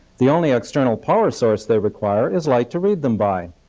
the only external power source they require is light to read them by.